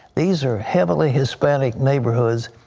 these are heavily hispanic neighborhoods,